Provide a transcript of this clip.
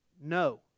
no